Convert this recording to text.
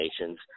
Nations